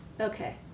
Okay